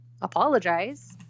apologize